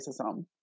racism